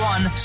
One